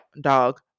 dog